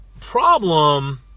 problem